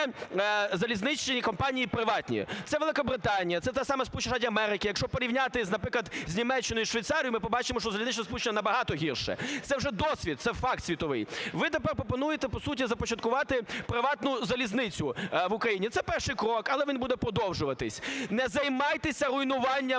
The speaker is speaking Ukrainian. залізничні компанії приватні – це Великобританія, це ті самі Сполучені Штати Америки. Якщо порівняти з, наприклад, з Німеччиною і Швейцарією, ми побачимо, що залізничне сполучення набагато гірше, це вже досвід, це факт світовий. Ви тепер пропонуєте, по суті, започаткувати приватну залізницю в Україні – це перший крок, але він був продовжуватися. Не займайтеся руйнуванням